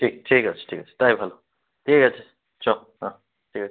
ঠিক ঠিক আছে ঠিক আছে তাই ভালো ঠিক আছে চ হ্যাঁ ঠিক আছে